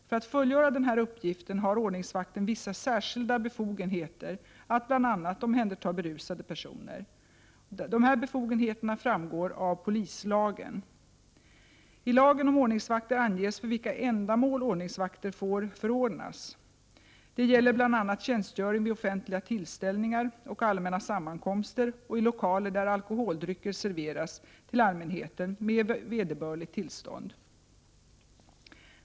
För att fullgöra denna uppgift har ordningsvakten vissa särskilda befogenheter att bl.a. omhänderta berusade personer. Dessa befogenheter framgår av polislagen. förordnas. Detta gäller bl.a. tjänstgöring vid offentliga tillställningar och allmänna sammankomster och i lokaler där alkoholdrycker serveras till allmänheten med vederbörligt tillstånd.